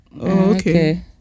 okay